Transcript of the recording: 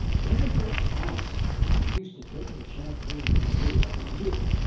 blenkinthrope's aunts were not used to taking champagne in the middle of the year,